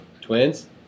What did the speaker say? Twins